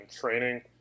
training